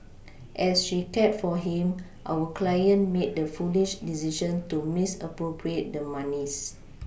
as she cared for him our client made the foolish decision to misappropriate the monies